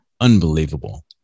unbelievable